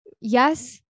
yes